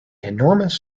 enormous